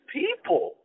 people